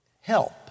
help